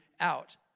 out